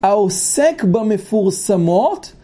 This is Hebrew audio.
העוסק במפורסמות?